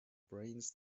brains